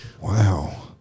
Wow